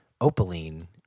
Opaline